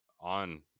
on